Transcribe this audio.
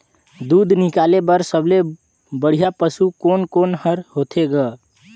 दूध निकाले बर सबले बढ़िया पशु कोन कोन हर होथे ग?